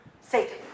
Satan